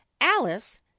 alice